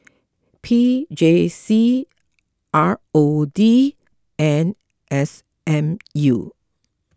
P J C R O D and S M U